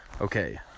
okay